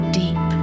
deep